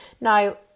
Now